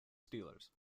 steelers